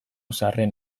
zaharren